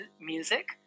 music